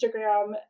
Instagram